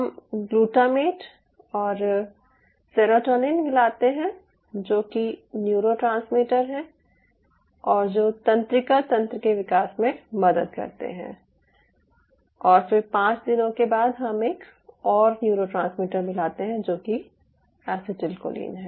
हम ग्लूटामेट और सेरोटोनिन मिलाते हैं जो कि न्यूरोट्रांसमीटर हैं और जो तंत्रिका तंत्र के विकास में मदद करते हैं और फिर 5 दिनों के बाद हम एक और न्यूरोट्रांसमीटर मिलाते हैं जो कि एसीटिलकोलिन है